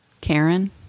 Karen